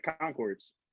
Concords